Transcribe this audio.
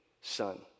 son